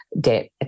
debt